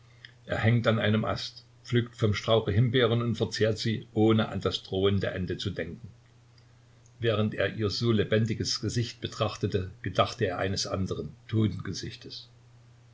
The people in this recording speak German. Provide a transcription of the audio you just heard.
er hängt an einem ast pflückt vom strauche himbeeren und verzehrt sie ohne an das drohende ende zu denken während er ihr so lebendiges gesicht betrachtete gedachte er eines andern